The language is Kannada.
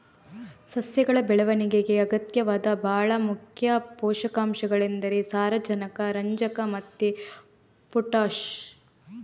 ಸಸ್ಯಗಳ ಬೆಳವಣಿಗೆಗೆ ಅಗತ್ಯವಾದ ಭಾಳ ಮುಖ್ಯ ಪೋಷಕಾಂಶಗಳೆಂದರೆ ಸಾರಜನಕ, ರಂಜಕ ಮತ್ತೆ ಪೊಟಾಷ್